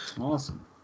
Awesome